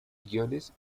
guiones